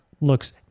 looks